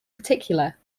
particular